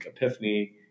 epiphany